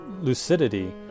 lucidity